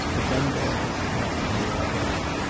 but dunbar had forgotten her already.